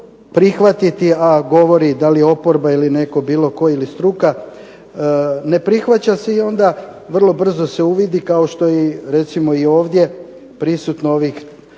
prihvatiti a govori da li je oporba ili netko ili struka ne prihvaća se onda vrlo brzo se uvidi kao što je recimo i ovdje prisutno ovih 12